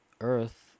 Earth